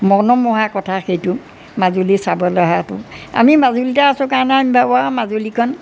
মনোমোহা কথা সেইটো মাজুলী চাবলৈ অহাতো আমি মাজুলীতে আছোঁ কাৰণে আমি ভাবোঁ আৰু মাজুলীখন